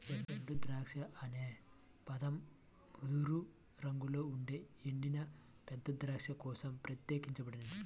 ఎండుద్రాక్ష అనే పదం ముదురు రంగులో ఉండే ఎండిన పెద్ద ద్రాక్ష కోసం ప్రత్యేకించబడింది